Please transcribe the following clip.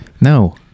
No